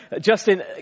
Justin